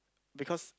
because